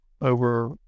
over